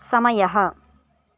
समयः